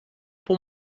pour